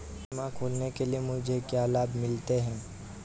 बीमा खोलने के लिए मुझे क्या लाभ मिलते हैं?